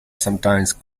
sometimes